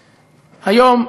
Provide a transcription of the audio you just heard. היום,